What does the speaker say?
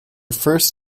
first